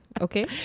Okay